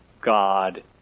God